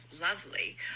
lovely